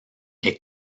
est